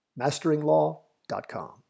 MasteringLaw.com